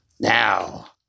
Now